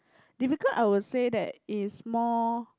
difficult I would say that it's more